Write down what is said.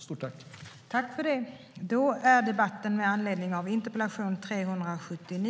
Stort tack!